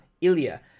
Ilya